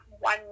one